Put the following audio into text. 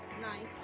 nice